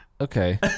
okay